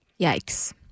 Yikes